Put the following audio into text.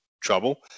trouble